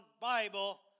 Bible